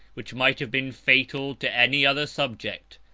which might have been fatal to any other subject,